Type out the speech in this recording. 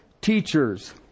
teachers